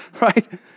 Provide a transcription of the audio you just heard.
right